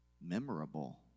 memorable